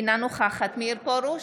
אינה נוכחת מאיר פרוש,